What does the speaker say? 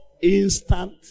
instant